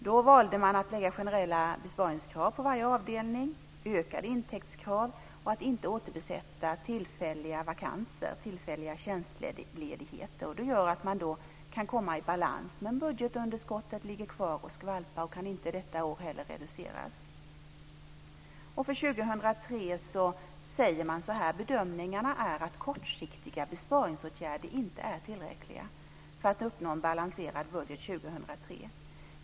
Då valde man att lägga generella besparingskrav på varje avdelning, ökade intäktskrav och att inte återbesätta tillfälliga vakanser, t.ex. tjänstledigheter. Det gör att man då kan komma i balans, men budgetunderskottet ligger kvar och skvalpar och kan inte detta år heller reduceras. För 2003 säger man så här: "Bedömningen är att kortsiktiga besparingsåtgärder inte är tillräckliga för att uppnå en balanserad budget 2003.